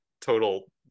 total